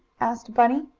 asked bunny.